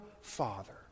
father